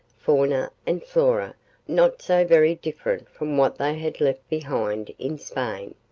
fauna and flora not so very different from what they had left behind in spain.